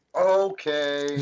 Okay